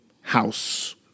house